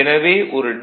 எனவே ஒரு டி